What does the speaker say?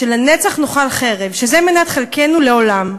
שלנצח תאכל חרב, שזאת מנת חלקנו לעולם,